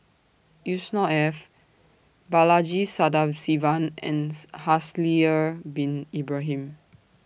Yusnor Ef Balaji Sadasivan and Haslir Bin Ibrahim